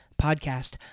Podcast